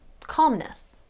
calmness